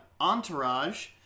Entourage